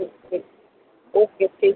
okay okay ठीक